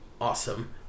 awesome